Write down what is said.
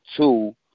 Two